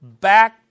Back